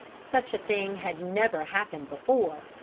such a thing had never happened before,